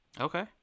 Okay